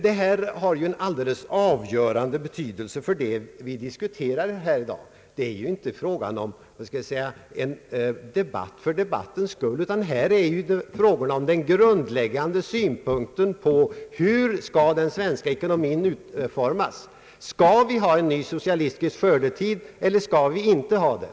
Detta har en alldeles avgörande betydelse för vad vi diskuterar i dag. Det gäller ju inte en debatt för debattens skull, utan här är det fråga om den grundläggande synpunkten på hur den svenska ekonomin skall utformas. Skall vi ha en ny socialistisk skördetid, eller skall vi inte ha det?